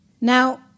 Now